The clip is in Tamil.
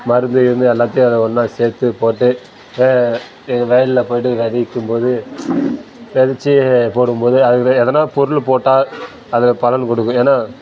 மருந்து கிருந்து எல்லாத்தையும் அதில் ஒன்னாக சேர்த்து போட்டு எங்கள் வயலில் போட்டு விதைக்கும் போது கழிச்சு போடும் போது அதில் எதனா பொருள் போட்டா அதில் பலன் கொடுக்கும் ஏன்னா